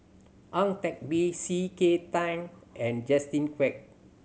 Ang Teck Bee C K Tang and Justin Quek